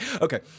Okay